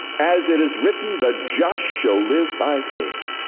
as it is written, the just shall live by faith.